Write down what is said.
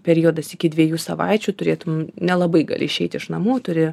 periodas iki dviejų savaičių turėtum nelabai gali išeiti iš namų turi